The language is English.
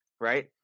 right